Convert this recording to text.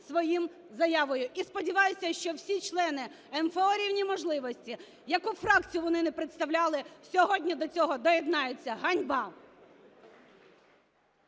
своєю заявою. І сподіваюся, що всі члени МФО "Рівні можливості", яку б фракцію вони не представляли, сьогодні до цього доєднаються, ганьба.